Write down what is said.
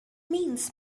means